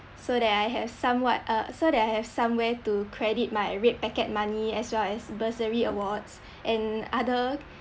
so that I have somewhat uh so that I have somewhere to credit my red packet money as well as bursary awards and other